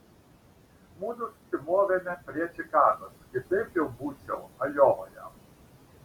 mudu susimovėme prie čikagos kitaip jau būčiau ajovoje